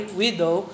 widow